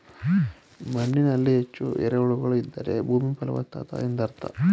ಮಣ್ಣಿನಲ್ಲಿ ಹೆಚ್ಚು ಎರೆಹುಳುಗಳು ಇದ್ದರೆ ಭೂಮಿ ಫಲವತ್ತಾಗಿದೆ ಎಂದರ್ಥ